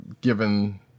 given